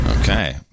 Okay